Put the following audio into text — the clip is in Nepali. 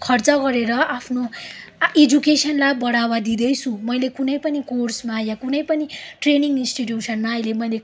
खर्च गरेर आफ्नो एजुकेसनलाई बढावा दिँदैछु मैले कुनै पनि कोर्समा या कुनै पनि ट्रेनिङ इन्स्टिट्युसनमा अहिले मैले